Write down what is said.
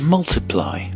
Multiply